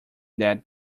that